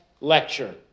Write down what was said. lecture